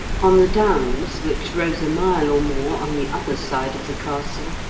on the downs, which rose a mile or more on the other side of the castle,